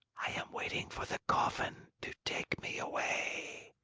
i am waiting for the coffin to take me away.